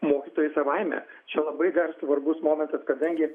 mokytojai savaime čia labai svarbus momentas kadangi